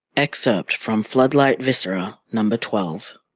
excerpt from floodlight viscera number twelve.